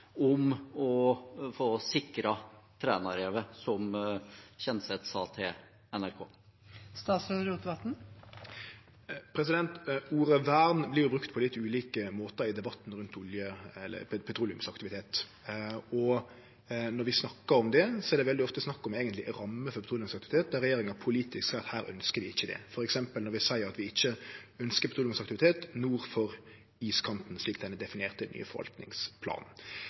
om å få sikret Trænarevet, som Kjenseth sa til NRK? Ordet «vern» vert brukt på litt ulike måtar i debatten rundt petroleumsaktivitet. Når vi snakkar om det, er det veldig ofte eigentleg snakk om rammer for petroleumsaktivitet, der regjeringa politisk seier at her ønskjer vi ikkje det, f.eks. når vi seier at vi ikkje ønskjer petroleumsaktivitet nord for iskanten, slik han er definert i den nye forvaltningsplanen.